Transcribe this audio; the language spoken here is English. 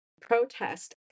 protest